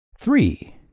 Three